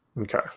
Okay